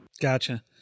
Gotcha